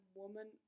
woman